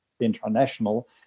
international